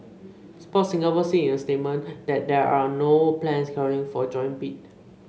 Sport Singapore said in a statement that there are no plans currently for a joint bid